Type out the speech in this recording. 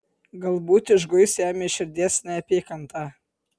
galbūt išguis jam iš širdies neapykantą